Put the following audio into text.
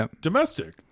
domestic